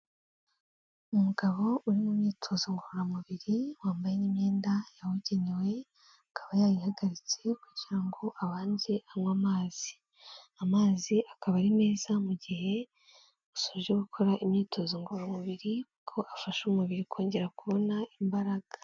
Umugabo uri mu myitozo ngororamubiri, wambaye imyenda yawugenewe, akaba yayihagaritse kugira ngo abanze anywe amazi, amazi akaba ari meza mu gihe usoje gukora imyitozo ngororamubiri, kuko afasha umubiri kongera kubona imbaraga.